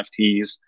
nfts